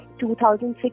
2006